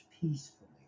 peacefully